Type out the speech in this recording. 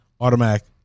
Automatic